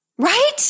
Right